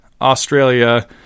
Australia